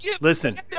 Listen